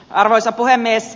arvoisa puhemies